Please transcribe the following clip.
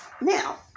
now